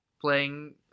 playing